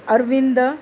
Arvind